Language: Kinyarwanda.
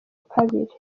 kabiri